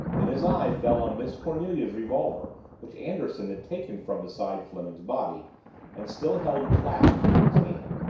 then his eye fell on miss cornelia's revolver which anderson had taken from beside fleming's body and still held clasped in his hand.